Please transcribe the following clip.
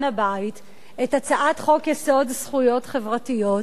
הבית את הצעת חוק-יסוד: זכויות חברתיות.